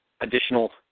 additional